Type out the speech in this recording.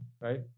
right